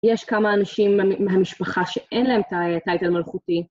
יש כמה אנשים מהמשפחה שאין להם טייטל מלכותי.